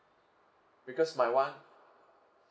because my [one]